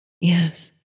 Yes